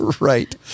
right